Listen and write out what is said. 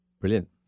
Brilliant